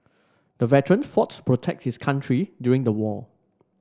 the veteran fought to protect his country during the war